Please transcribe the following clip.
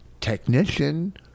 Technician